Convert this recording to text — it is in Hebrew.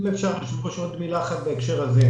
אם אפשר מילה אחת בהקשר הזה,